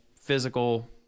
physical